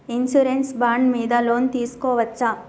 Insurance bond మీద loan తీస్కొవచ్చా?